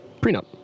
prenup